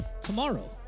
tomorrow